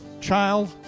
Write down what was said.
child